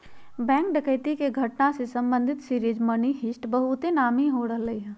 bank डकैती के घटना से संबंधित सीरीज मनी हीस्ट बहुते नामी हो रहल हइ